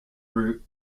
route